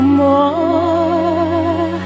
more